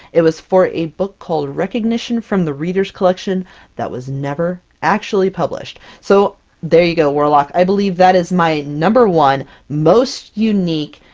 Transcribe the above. it was for a book called recognition from the readers collection that was never actually published. so there you go, warlock, i believe that is my number one most unique,